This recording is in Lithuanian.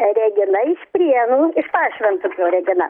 regina iš prienų iš pašventupio regina